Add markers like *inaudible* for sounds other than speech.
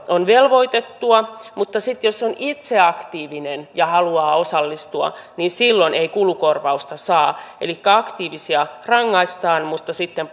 on velvoitettua mutta sitten jos on itse aktiivinen ja haluaa osallistua niin silloin ei kulukorvausta saa elikkä aktiivisia rangaistaan mutta sitten *unintelligible*